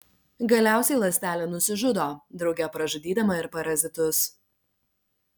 galiausiai ląstelė nusižudo drauge pražudydama ir parazitus